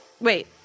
Wait